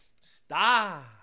Stop